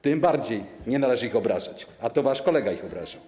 Tym bardziej nie należy ich obrażać, a to wasz kolega ich obraził.